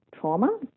trauma